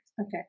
okay